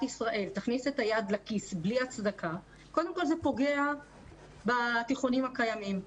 ישראל תכניס את היד לכיס בלי הצדקה קודם כל זה פוגע בתיכונים הקיימים.